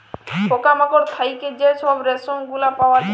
পকা মাকড় থ্যাইকে যে ছব রেশম গুলা পাউয়া যায়